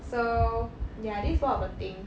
so ya this is one of the thing